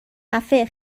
خفه